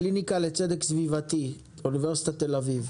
הקליניקה לצדק סביבתי מאוניברסיטת תל אביב.